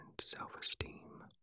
self-esteem